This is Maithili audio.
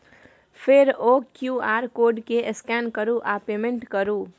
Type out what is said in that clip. फेर ओ क्यु.आर कोड केँ स्कैन करु आ पेमेंट करु